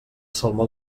salmó